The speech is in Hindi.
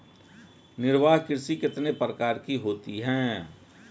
निर्वाह कृषि कितने प्रकार की होती हैं?